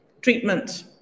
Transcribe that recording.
treatment